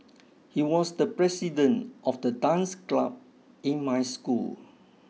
he was the president of the dance club in my school